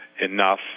enough